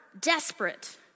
desperate